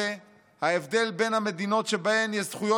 ההבדל בין המדינות שבהן יש זכויות על הנייר